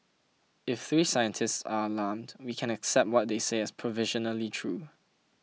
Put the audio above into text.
if three scientists are alarmed we can accept what they say as provisionally true